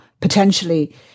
potentially